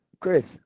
Chris